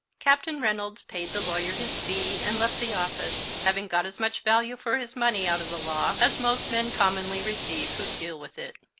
captain reynolds paid the lawyer his fee and left the office, having got as much value for his money out of the law as most men commonly receive who deal with it.